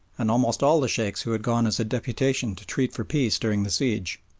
and almost all of the sheikhs who had gone as a deputation to treat for peace during the siege.